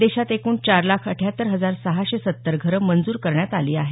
देशात एकूण चार लाख अठ्ठ्याहत्तर हजार सहाशे सत्तर घरं मंजूर करण्यात आली आहेत